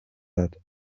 hat